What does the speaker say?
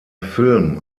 film